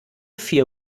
vier